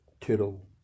tittle